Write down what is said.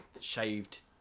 shaved